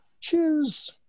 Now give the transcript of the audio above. choose